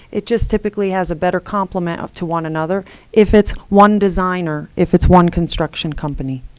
it just typically has a better complement to one another if it's one designer, if it's one construction company.